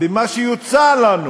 במה שיוצע לנו